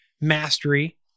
mastery